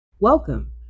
Welcome